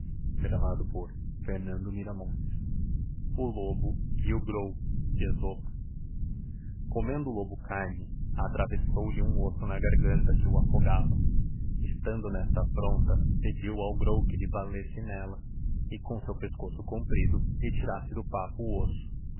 o lobo e o grou conieniío o lobo carne atravessouse lhe hum osso iia garganta que o aítogava estando nesta affronta pedio ao grou que lhe valesse nella e cora seu pescoço comprido lhe tirasse do papo o osso